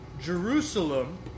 Jerusalem